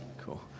Cool